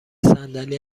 صندلی